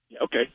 Okay